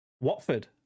Watford